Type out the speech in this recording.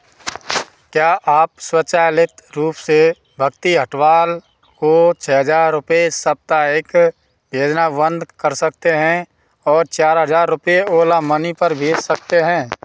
क्या आप स्वचालित रूप से भक्ति हटवाल को छः हज़ार रुपये साप्ताहिक भेजना वंद कर सकते हैं और चार हज़ार रुपये ओला मनी पर भेज सकते हैं